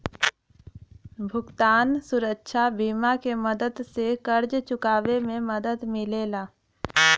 भुगतान सुरक्षा बीमा के मदद से कर्ज़ चुकावे में मदद मिलेला